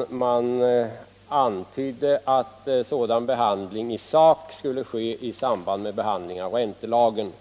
det antyddes att den skulle komma att sakbehandlas i samband med handläggningen av förslaget till räntelag.